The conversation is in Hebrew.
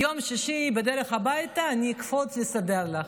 ביום שישי בדרך הביתה אני אקפוץ לסדר לך.